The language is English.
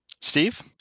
Steve